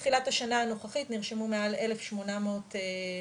מתחילת השנה הנוכחית נרשמו מעל 1800 דו"חות,